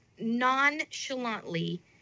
nonchalantly